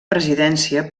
presidència